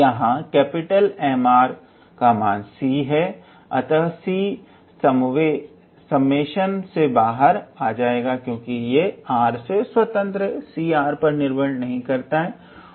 यहां 𝑀𝑟 का मान c है अतः c समेशन से बाहर आ जाएगा क्योंकि यह r से स्वतंत्र है